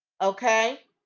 Okay